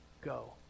go